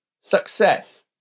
Success